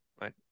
Right